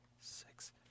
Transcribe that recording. Six